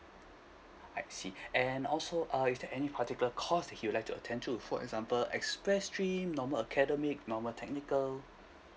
I see and also uh is there any particular course that he would like to attend to for example express stream normal academic normal technical